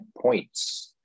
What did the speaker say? points